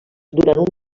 durant